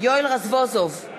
יואל רזבוזוב,